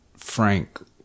Frank